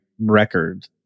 record